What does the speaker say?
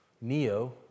Neo